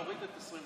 זה האבסורד.